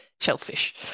shellfish